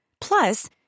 Plus